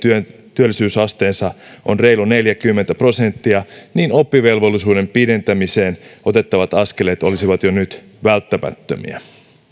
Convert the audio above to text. työllisyysaste on reilut neljäkymmentä prosenttia niin oppivelvollisuuden pidentämiseen otettavat askeleet olisivat jo nyt välttämättömiä